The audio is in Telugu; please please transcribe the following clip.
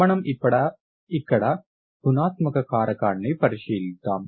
మనం ఇప్పుడు ఇక్కడ గుణాత్మక కారణాన్ని పరిశీలిద్దాం